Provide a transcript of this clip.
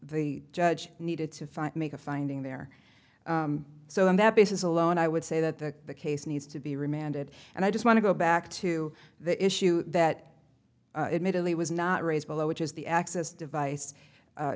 the judge needed to find make a finding there so on that basis alone i would say that the case needs to be remanded and i just want to go back to the issue that admittedly was not raised below which is the access device